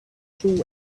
through